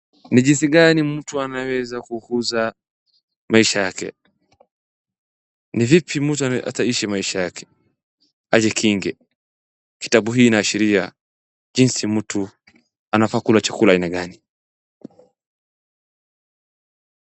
Ni jinsi gani anaweza kukuza maisha yake? Ni vipi mtu ataishi maisha yake ajikinge? Kitabu hii inaashiria jinsi mtu anafaa kukula ya aina gani.